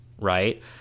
right